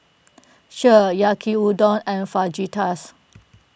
Kheer Yaki Udon and Fajitas